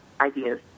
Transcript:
ideas